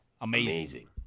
Amazing